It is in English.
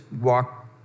walk